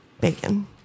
bacon